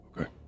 Okay